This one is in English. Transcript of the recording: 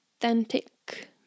authentic